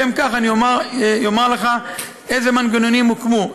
לשם כך, אני אומר לך אילו מנגנונים הוקמו.